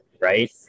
right